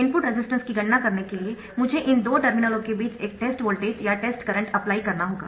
input resistance की गणना करने के लिए मुझे इन दो टर्मिनलों के बीच एक टेस्ट वोल्टेज या टेस्ट करंट अप्लाई करना होगा